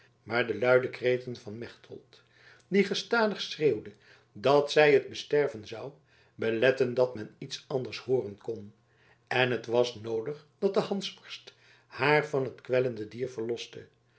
maar de luide kreten van mechtelt die gestadig schreeuwde dat zij t besterven zou beletteden dat men iets anders hooren kon en het was noodig dat de hansworst haar van het kwellende dier